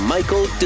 Michael